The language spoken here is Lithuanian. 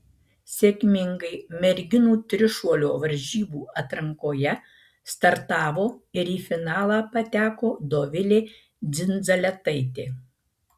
sėkmingai merginų trišuolio varžybų atrankoje startavo ir į finalą pateko dovilė dzindzaletaitė